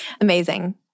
amazing